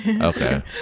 Okay